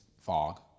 fog